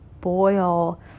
boil